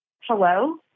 Hello